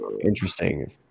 interesting